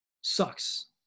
Sucks